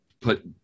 put